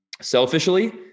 selfishly